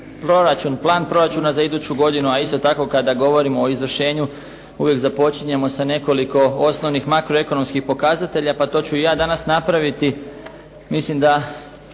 plan proračuna za iduću godinu, a isto tako kada govorimo o izvršenju uvijek započinjemo sa nekoliko osnovnih makroekonomskih pokazatelja pa to ću i ja danas napraviti. Mislim da